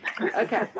Okay